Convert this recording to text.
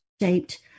shaped